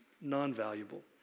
non-valuable